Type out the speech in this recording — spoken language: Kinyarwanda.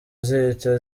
zihita